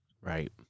Right